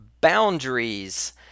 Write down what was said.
Boundaries